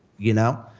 you know?